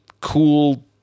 cool